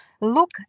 look